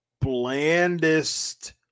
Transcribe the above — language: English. blandest